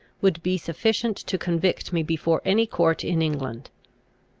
would be sufficient to convict me before any court in england.